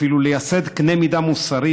אפילו לייסד קנה מידה מוסרי,